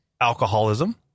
alcoholism